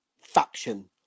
faction